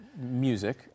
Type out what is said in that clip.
music